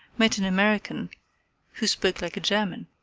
met an american who spoke like a german.